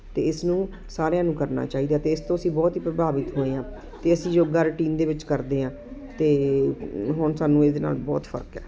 ਅਤੇ ਇਸਨੂੰ ਸਾਰਿਆਂ ਨੂੰ ਕਰਨਾ ਚਾਹੀਦਾ ਅਤੇ ਇਸ ਤੋਂ ਅਸੀਂ ਬਹੁਤ ਹੀ ਪ੍ਰਭਾਵਿਤ ਹੋਏ ਹਾਂ ਅਤੇ ਅਸੀਂ ਯੋਗਾ ਰੁਟੀਨ ਦੇ ਵਿੱਚ ਕਰਦੇ ਹਾਂ ਅਤੇ ਹੁਣ ਸਾਨੂੰ ਇਹਦੇ ਨਾਲ ਬਹੁਤ ਫਰਕ ਹੈ